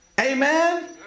Amen